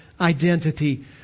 identity